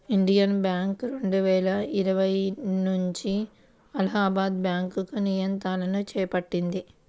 Indian Bank రెండువేల ఇరవై నుంచి అలహాబాద్ బ్యాంకు నియంత్రణను చేపట్టింది